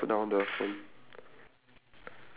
okay don't put down don't put down